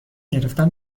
گرفتن